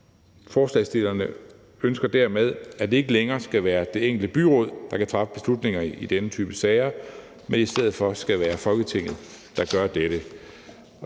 Forslagsstillerne ønsker dermed, at det ikke længere skal være det enkelte byråd, der kan træffe beslutninger i denne type sager, men at det i stedet for skal være Folketinget, der gør dette.